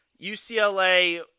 UCLA